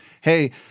Hey